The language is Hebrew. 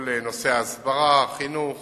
כל נושא ההסברה, החינוך